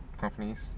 companies